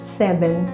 seven